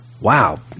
wow